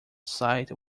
site